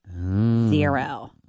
Zero